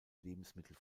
lebensmittel